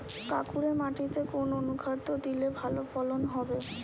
কাঁকুরে মাটিতে কোন অনুখাদ্য দিলে ভালো ফলন হবে?